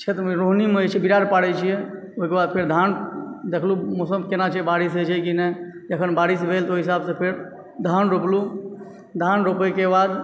क्षेत्र रोहिणीमे जे छै बिरार पड़ैत छियै ओहिके बाद फेर धान देखलहुँ मौसम केना छै बारिश होइ छै कि नहि जखन बारिश भेल तखन ओहि हिसाबसँ फेर धान रोपलहुँ धान रोपयके बाद